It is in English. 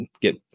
get